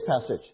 passage